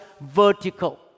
vertical